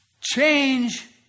change